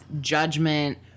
judgment